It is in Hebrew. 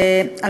תודה רבה,